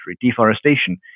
Deforestation